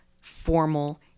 formal